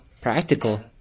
Practical